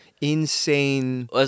insane